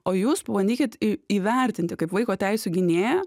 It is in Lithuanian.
o jūs pabandykit į įvertinti kaip vaiko teisių gynėja